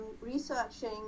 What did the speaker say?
researching